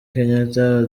kenyatta